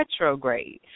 retrograde